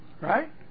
right